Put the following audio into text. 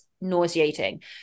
nauseating